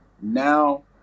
now